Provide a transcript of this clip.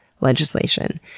legislation